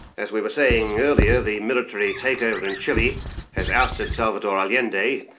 as we were saying earlier, the military takeover in chile has ousted salvador allende.